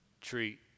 treat